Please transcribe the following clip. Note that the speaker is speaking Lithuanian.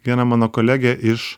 viena mano kolegė iš